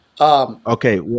Okay